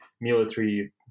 military